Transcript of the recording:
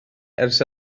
ers